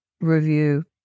review